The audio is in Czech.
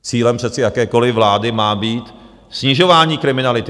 Cílem přece jakékoliv vlády má být snižování kriminality.